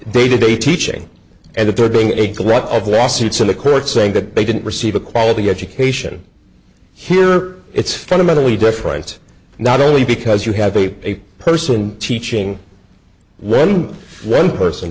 day to day teaching and the third being a glut of lawsuits in the courts saying that they didn't receive a quality education here it's fundamentally different not only because you have a person teaching when one person